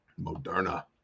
Moderna